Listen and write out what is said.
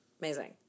Amazing